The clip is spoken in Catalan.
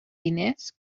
diners